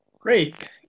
Great